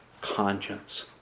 conscience